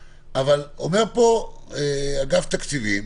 אומר פה אגף תקציבים